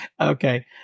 Okay